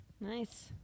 Nice